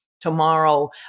tomorrow